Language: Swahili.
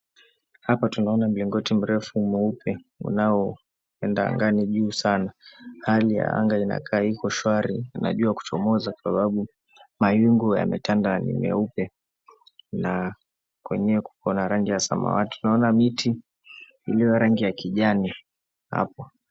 Hapa tunaona mlingoti mrefu mweupe unaoenda angani juu sana. Hali ya anga inakaa iko shwari na jua kuchomoja sababu mawingu yametanda nyeupe na kwenyewe kuko na rangi ya samawati. Tunaona miti iliyo ya rangi ya kijani hapo.